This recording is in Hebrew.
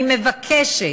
אני מבקשת,